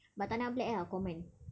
but tak nak black ah common